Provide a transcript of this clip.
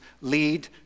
lead